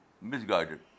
misguided